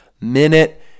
minute